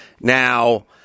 Now